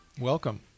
welcome